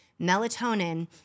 melatonin